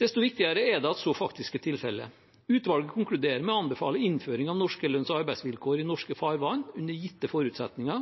Desto viktigere er det at så faktisk er tilfellet. Utvalget konkluderer med å anbefale innføring av norske lønns- og arbeidsvilkår i norske farvann, under gitte forutsetninger,